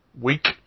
week